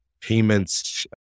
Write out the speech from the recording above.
Payments